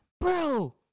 bro